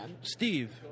Steve